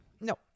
no